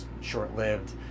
short-lived